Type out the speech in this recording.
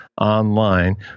online